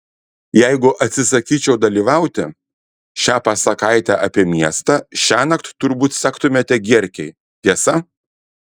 jeigu atsisakyčiau dalyvauti šią pasakaitę apie miestą šiąnakt turbūt sektumėte gierkei tiesa